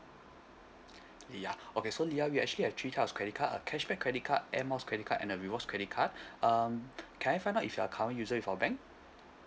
lia okay so lia we actually have three types of credit card a cashback credit card air miles credit card and a rewards credit card um can I find out if you are current user of our bank